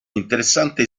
interessante